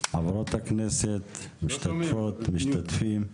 חברות הכנסת, משתתפות, משתתפים.